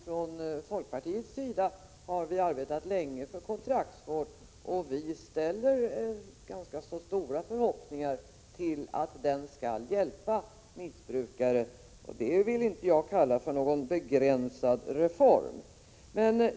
Från folkpartiets sida har vi faktiskt arbetat länge för kontraktsvård, och vi ställer ganska stora förhoppningar på att den skall hjälpa missbrukare. Det vill inte jag kalla för en begränsad reform.